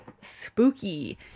spooky